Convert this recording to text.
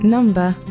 Number